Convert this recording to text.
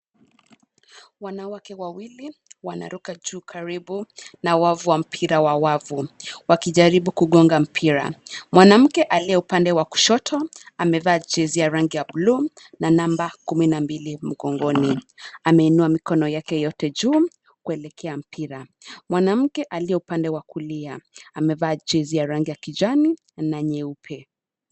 Wanawake wawili, wanaruka juu karibu, na wavu wa mpira wa wavu, wakijaribu kugonga mpira. Mwanamke aliye upande wa kushoto, amevaa jezi ya rangi ya blue, na number kumi na mbili mgongoni. Ameinua mikono yake yote juu, kuelekea mpira. Mwanamke aliye upande wa kulia, amevaa jezi ya rangi ya kijani, na nyeupe.